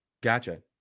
Gotcha